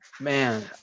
man